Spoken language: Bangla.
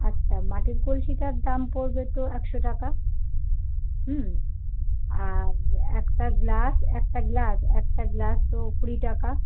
আচ্ছা মাটির কলসিটার দাম পড়বে তো একশো টাকা হুম আর একটা গ্লাস একটা গ্লাস একটা গ্লাস তো কুড়ি টাকা